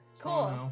Cool